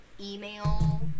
email